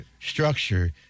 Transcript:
structure